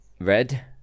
red